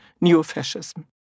neo-fascism